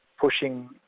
pushing